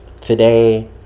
Today